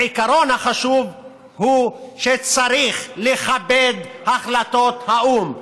העיקרון החשוב הוא שצריך לכבד את החלטות האו"ם,